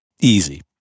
Easy